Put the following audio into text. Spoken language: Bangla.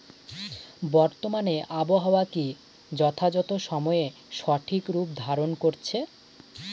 বর্তমানে আবহাওয়া কি যথাযথ সময়ে সঠিক রূপ ধারণ করছে?